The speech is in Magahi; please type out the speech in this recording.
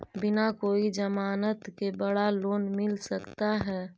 बिना कोई जमानत के बड़ा लोन मिल सकता है?